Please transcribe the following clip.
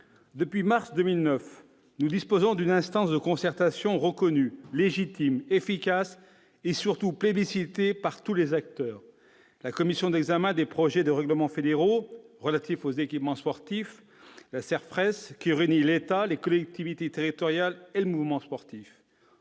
Depuis mars 2009, nous disposons d'une instance de concertation reconnue, légitime, efficace et, surtout, plébiscitée par tous les acteurs, à savoir la Commission d'examen des projets de règlements fédéraux relatifs aux équipements sportifs, la CERFRES, qui réunit l'État, les collectivités territoriales et le mouvement sportif.